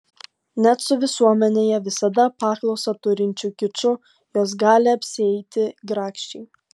net su visuomenėje visada paklausą turinčiu kiču jos gali apsieiti grakščiai